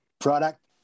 product